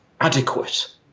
adequate